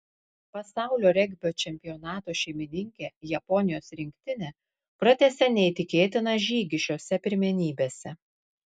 pasaulio regbio čempionato šeimininkė japonijos rinktinė pratęsė neįtikėtiną žygį šiose pirmenybėse